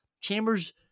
Chambers